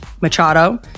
Machado